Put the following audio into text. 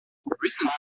recently